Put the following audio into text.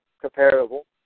comparable